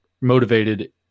motivated